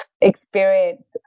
experience